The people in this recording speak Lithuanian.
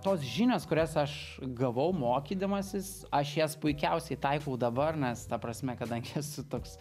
tos žinios kurias aš gavau mokydamasis aš jas puikiausiai taikau dabar nes ta prasme kadangi esu toks